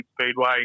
Speedway